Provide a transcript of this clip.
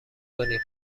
کنیم